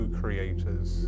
creators